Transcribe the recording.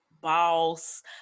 boss